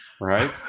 right